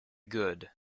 good